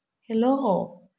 Hello